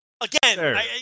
again